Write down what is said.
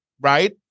right